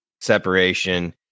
separation